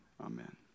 amen